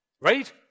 Right